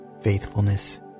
faithfulness